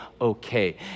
okay